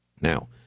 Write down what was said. Now